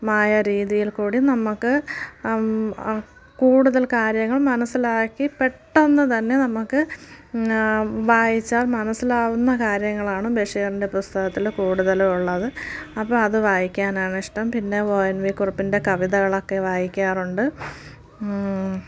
മായ രീതിയിൽ കൂടി നമുക്ക് കൂടുതൽ കാര്യങ്ങൾ മനസ്സിലാക്കി പെട്ടെന്ന് തന്നെ നമുക്ക് വായിച്ചാൽ മനസ്സിലാകുന്ന കാര്യങ്ങളാണ് ബഷീറിൻ്റെ പുസ്തകത്തിൽ കൂടുതൽ ഉള്ളത് അപ്പം അത് വായിക്കാനാണ് ഇഷ്ടം പിന്നെ ഒ യെൻ വി കുറുപ്പിൻ്റെ കവിതകൾ ഒക്കെ വായിക്കാറുണ്ട്